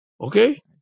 Okay